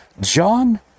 John